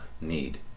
need